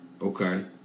Okay